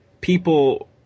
people